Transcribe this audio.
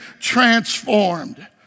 transformed